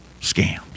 scams